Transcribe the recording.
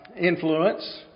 influence